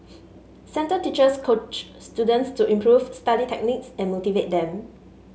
centre teachers coach students to improve study techniques and motivate them